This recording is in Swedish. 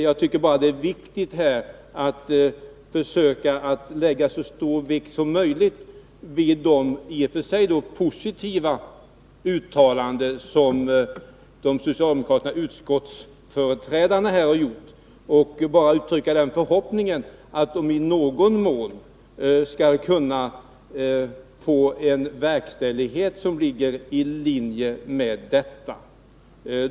Jag tycker att man skall lägga så stor vikt som möjligt vid de i och för sig positiva uttalanden som de socialdemokratiska utskottsföreträdarna här har gjort, och jag vill bara uttrycka den förhoppningen att de skall kunna få en verkställighet som i någon mån ligger i linje med vad som sagts.